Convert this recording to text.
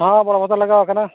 ᱦᱮᱸ ᱵᱚᱲᱚ ᱵᱟᱡᱟᱨ ᱞᱟᱜᱟᱣ ᱠᱟᱱᱟ